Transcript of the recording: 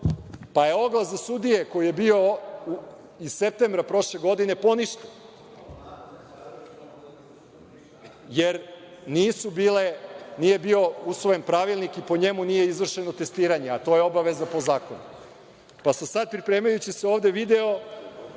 pa je oglas za sudije koji je bio iz septembra prošle godine poništen, jer nije bio usvojen pravilnik i po njemu nije izvršeno testiranje, a to je obaveza po zakonu. Sada sam, pripremajući se ovde, video